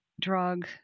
drug